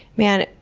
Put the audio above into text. man,